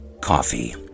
coffee